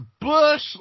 Bush